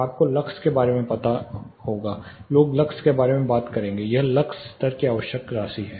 आपको लक्स के स्तर के बारे में कुछ पता होगा लोग लक्स के स्तर के बारे में बात करेंगे यह लक्स स्तर की आवश्यक राशि है